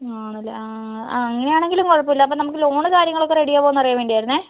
മ് ആണല്ലേ ആ ആ അങ്ങനെയാണെങ്കിലും കുഴപ്പമില്ല അപ്പോൾ നമുക്ക് ലോൺ കാര്യങ്ങളൊക്കെ റെഡി ആവുമോ എന്നറിയാൻ വേണ്ടിയായിരുന്നേ